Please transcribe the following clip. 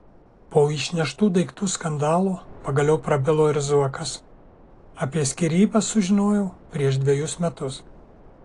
po išneštų daiktų skandalo pagaliau prabilo ir zuokas apie skyrybas sužinojau prieš dvejus metus